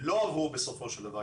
לא עברו בסופו של דבר.